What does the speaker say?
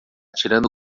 tirando